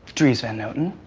dries van noten.